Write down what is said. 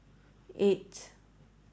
eight